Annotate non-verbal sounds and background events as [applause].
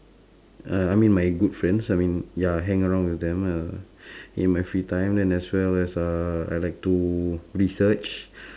uh I mean my good friends I mean ya hang around with them uh [breath] in my free time then as well as uh I like to research [breath]